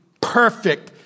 perfect